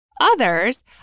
Others